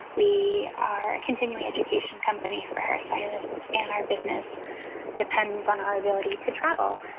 we are a continuing education company for hairstylists, and our business depends on our ability to travel.